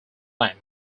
lamp